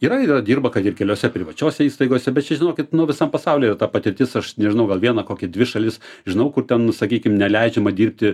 yra ir yra dirba kad ir keliose privačiose įstaigose bet čia žinokit nu visam pasauly yra ta patirtis aš nežinau gal vieną kokią dvi šalis žinau kur ten sakykim neleidžiama dirbti